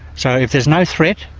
so if there's no threat,